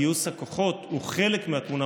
גיוס הכוחות הוא חלק מהתמונה,